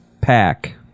Pack